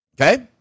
Okay